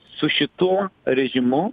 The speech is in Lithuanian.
su šituo režimu